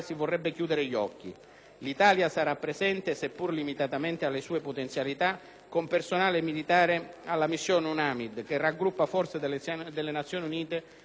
L'Italia sarà presente, seppur limitatamente alle sue potenzialità, con personale militare alla missione UNAMID, che raggruppa forze delle Nazioni Unite e dell'Unione africana.